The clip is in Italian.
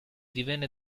divenne